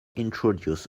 introduce